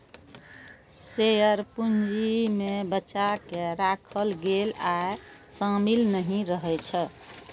share पूंजी मे बचा कें राखल गेल आय शामिल नहि रहै छै